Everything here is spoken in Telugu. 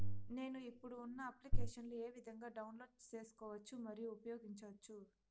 నేను, ఇప్పుడు ఉన్న అప్లికేషన్లు ఏ విధంగా డౌన్లోడ్ సేసుకోవచ్చు మరియు ఉపయోగించొచ్చు?